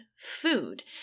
food